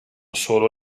solo